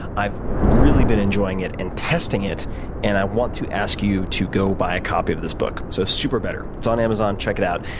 i've really been enjoying it and testing it and i want to ask you to go buy a copy of this book. so superbetter it's on amazon, check it out.